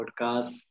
Podcast